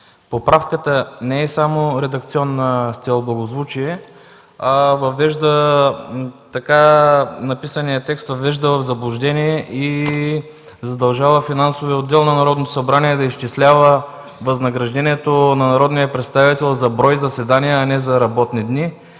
Поправката не е само редакционна с цел благозвучие. Написаният текст въвежда в заблуждение и задължава Финансовия отдел на Народното събрание да изчислява възнаграждението на народния представител за брой заседания, а не за работни дни.